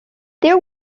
there